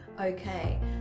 okay